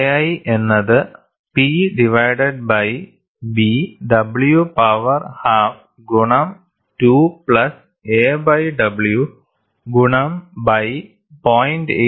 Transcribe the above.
KI എന്നത് P divided by B w power half ഗുണം 2 plus a by w ഗുണം by 0